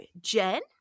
Jen